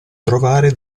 trovare